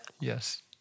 Yes